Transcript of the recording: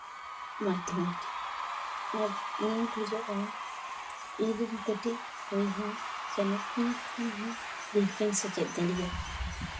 ᱢᱟᱫᱽᱫᱷᱚᱢᱤᱠ ᱟᱨ ᱤᱧ ᱠᱷᱚᱡᱚᱜᱼᱟ ᱤᱧᱨᱮᱱ ᱠᱟᱹᱴᱤᱡ ᱵᱚᱭᱦᱟ ᱥᱮ ᱱᱩᱠᱤᱱ ᱠᱷᱚᱱ ᱦᱚᱸ ᱰᱷᱮᱨ ᱠᱤᱱ ᱥᱮᱪᱮᱫ ᱫᱟᱲᱮᱭᱟᱜᱼᱟ